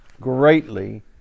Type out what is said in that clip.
Greatly